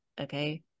Okay